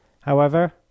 However